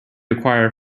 acquire